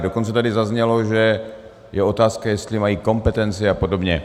Dokonce tady zaznělo, že je otázka, jestli mají kompetenci a podobně.